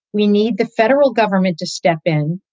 we need the federal government to step in.